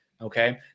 okay